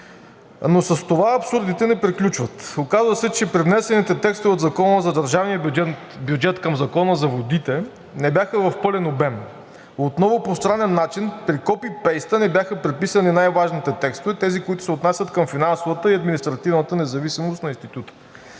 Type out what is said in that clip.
Но с това абсурдите не приключват. Оказа се, че привнесените текстове от Закона за държавния бюджет към Закона за водите не бяха в пълен обем. Отново по странен начин при копи-пейст не бяха преписани най-важните текстове – тези, които се отнасят към финансовата и административната независимост на Института.